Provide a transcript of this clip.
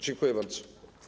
Dziękuję bardzo.